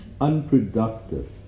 Unproductive